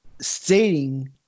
stating